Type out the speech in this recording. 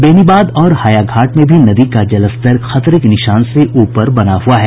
बेनीबाद और हायाघाट में भी नदी का जलस्तर खतरे के निशान से ऊपर बना हुआ है